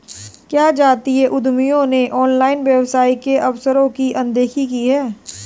क्या जातीय उद्यमियों ने ऑनलाइन व्यवसाय के अवसरों की अनदेखी की है?